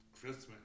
Christmas